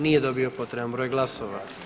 Nije dobio potreban broj glasova.